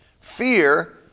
Fear